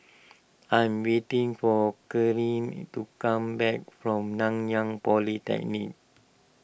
I am waiting for Kerri to come back from Nanyang Polytechnic